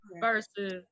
versus